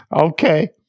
Okay